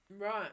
Right